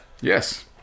Yes